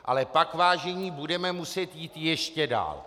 Ale pak, vážení, budeme muset jít ještě dál.